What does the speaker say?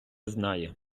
знає